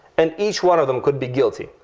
and each one of them could be guilty.